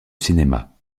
cinéma